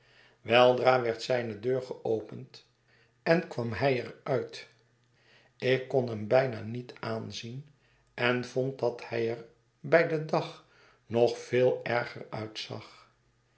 weldra werd zijne deur geopend en kwam hij er uit ik kon hem bijna niet aanzien en vond dat hij er bij den dag nog veel erger uitzag